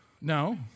No